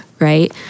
right